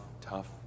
tough